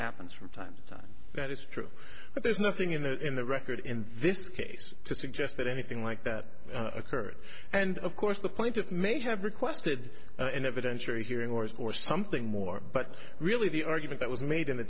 happens from time to time that is true but there's nothing in the in the record in this case to suggest that anything like that occurred and of course the plaintiff may have requested an evidentiary hearing or is more something more but really the argument that was made in the